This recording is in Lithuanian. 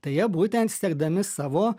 tai jie būtent siekdami savo